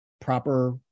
proper